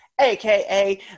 aka